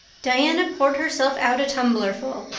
diana poured herself out a tumblerful,